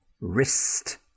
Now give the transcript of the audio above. Wrist